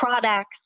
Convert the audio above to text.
products